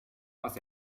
was